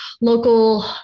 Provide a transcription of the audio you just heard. local